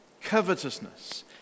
Covetousness